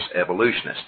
evolutionists